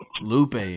Lupe